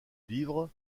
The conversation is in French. livre